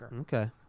Okay